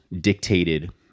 dictated